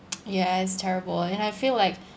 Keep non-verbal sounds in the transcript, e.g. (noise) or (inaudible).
(noise) ya it's terrible and I feel like